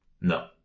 No